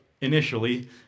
initially